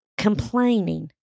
complaining